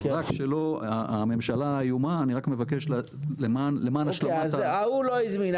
אז זה לא ממשלה איומה --- אז ההוא לא הזמין,